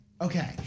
Okay